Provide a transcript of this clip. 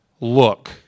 look